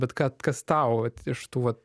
bet ką kas tau vat iš tų vat